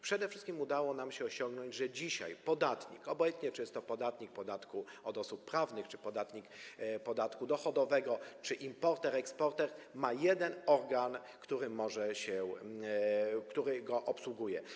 Przede wszystkim udało nam się osiągnąć to, że dzisiaj podatnik, obojętnie, czy jest to podatnik podatku od osób prawnych, czy podatnik podatku dochodowego, czy importer, eksporter, ma jeden organ, który go obsługuje.